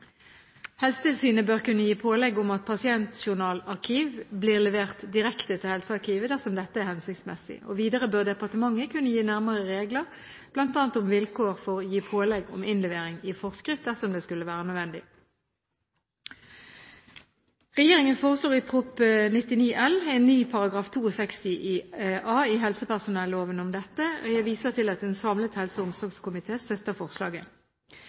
Helsetilsynet bør kunne gi pålegg om at pasientjournalarkiv blir levert direkte til helsearkivet, dersom dette er hensiktsmessig. Videre bør departementet kunne gi nærmere regler, bl.a. om vilkår for å gi pålegg om innlevering i forskrift, dersom det skulle være nødvendig. Regjeringen foreslår i Prop. 99 L for 2011–2012 en ny § 62 a i helsepersonelloven om dette. Jeg viser til at en samlet helse- og omsorgskomité støtter forslaget.